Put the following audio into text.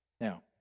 Now